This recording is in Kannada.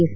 ಎಸ್